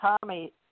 Tommy